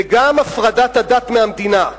וגם הפרדת הדת מהמדינה,